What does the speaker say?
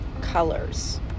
colors